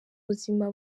buzima